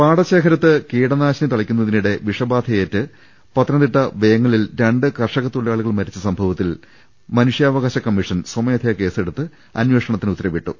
പാടശേഖരത്ത് കീടനാശിനി തളിക്കുന്നതിനിടെ വിഷബാധയേറ്റ് പത്തനംതിട്ട വേങ്ങലിൽ രണ്ടു കർഷകത്തൊഴിലാളികൾ മരിച്ച സംഭവത്തിൽ മനുഷ്യാവകാശ കമ്മിഷൻ സ്വമേധയാ കേസെടുത്ത് അന്വേഷണത്തിന് ഉത്തരവിട്ടു